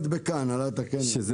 הנהלת הקניין שמה מדבקת.